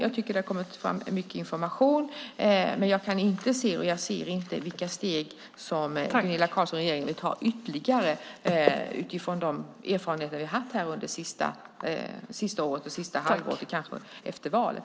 Jag tycker att det har kommit fram mycket information, men jag ser inte vilka steg som Gunilla Carlsson och regeringen vill ta ytterligare utifrån de erfarenheter vi har haft under det senaste året och det senaste halvåret efter valet.